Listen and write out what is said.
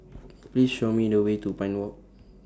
Please Show Me The Way to Pine Walk